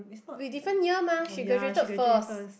we different year mah she graduated first